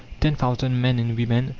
ten thousand men and women,